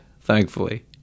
thankfully